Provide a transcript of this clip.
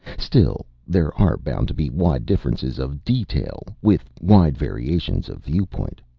still, there are bound to be wide differences of detail with wide variations of viewpoint.